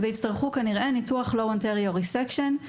ויצטרכו ניתוח של Low anterior resection.